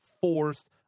forced